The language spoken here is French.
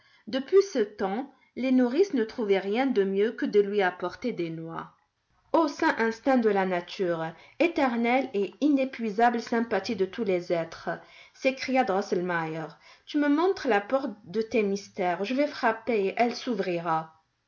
depuis ce temps les nourrices ne trouvaient rien de mieux que de lui apporter des noix ô saint instinct de la nature éternelle et inépuisable sympathie de tous les êtres s'écria drosselmeier tu me montres la porte de tes mystères je vais frapper et elle s'ouvrira